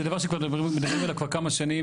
זה דבר שמדברים עליו כבר כמה שנים.